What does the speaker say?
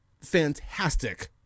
fantastic